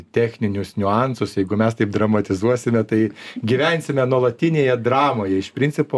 techninius niuansus jeigu mes taip dramatizuosime tai gyvensime nuolatinėje dramoje iš principo